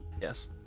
Yes